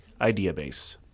IdeaBase